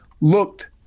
looked